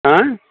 आँय